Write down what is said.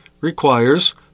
requires